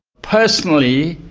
personally,